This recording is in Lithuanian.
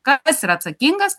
kas yra atsakingas